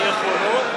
עם יכולת,